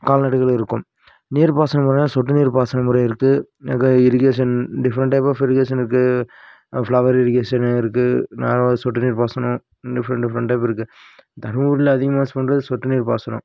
கால்நடைகள் இருக்கும் நீர் பாசன முறைனா சொட்டு நீர் பாசன முறை இருக்குது இன்றைக்கி irrigation different type of irrigation இருக்குது ஃபிளவர் இரிகேஷனு இருக்குது ந சொட்டு நீர் பாசனம் டிஃப்ரெண்ட் டிஃப்ரெண்ட் டைப் இருக்குது தற்புரியில் அதிகமாக யூஸ் பண்ணுறது சொட்டு நீர் பாசனம்